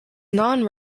non